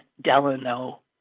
Delano